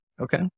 Okay